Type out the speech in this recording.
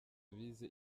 bize